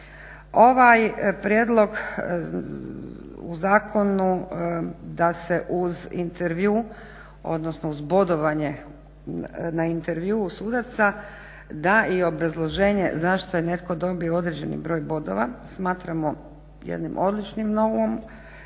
Ovaj prijedlog u zakonu da se uz intervju, odnosno uz bodovanje na intervjuu sudaca da i obrazloženje zašto je netko dobio određeni broj bodova smatramo jednim odličnim novumom